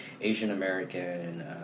Asian-American